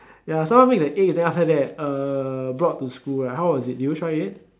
ya someone make the eggs then after that uh brought to school right how was it did you try it